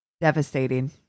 devastating